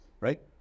right